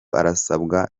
arasabwa